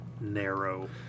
narrow